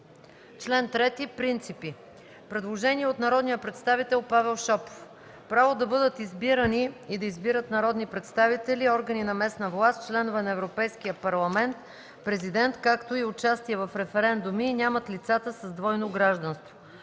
Член 3 – „Принципи”. Предложение от народния представител Павел Шопов: „Право да бъдат избирани и да избират народни представители, органи на местна власт, членове на Европейския парламент, президент, както и участие в референдуми, нямат лицата с двойно гражданство.”